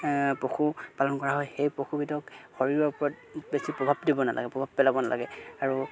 পশুপালন কৰা হয় সেই পশুবিধক শৰীৰৰ ওপৰত বেছি প্ৰভাৱ দিব নালাগে প্ৰভাৱ পেলাব নালাগে আৰু